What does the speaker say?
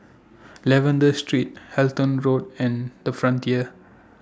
Lavender Street Halton Road and The Frontier